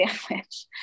sandwich